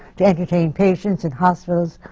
to entertain patients in hospitals,